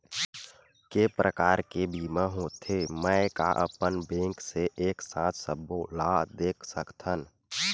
के प्रकार के बीमा होथे मै का अपन बैंक से एक साथ सबो ला देख सकथन?